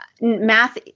math